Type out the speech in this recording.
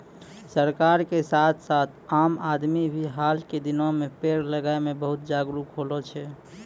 सरकार के साथ साथ आम आदमी भी हाल के दिनों मॅ पेड़ लगाय मॅ बहुत जागरूक होलो छै